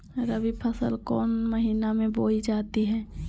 रबी फसल कौन मौसम में बोई जाती है?